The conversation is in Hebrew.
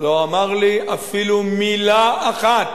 לא אמר לי אפילו מלה אחת.